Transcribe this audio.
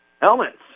helmets